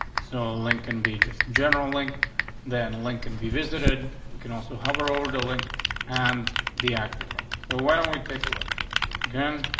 so lincoln be just general link than lincoln be visited. we can also hover over dooling and the actively. so why don't we take a look again?